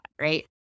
right